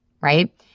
Right